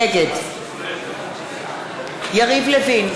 נגד אורלי לוי אבקסיס,